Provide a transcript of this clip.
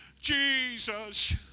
Jesus